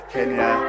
Kenya